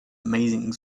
amazing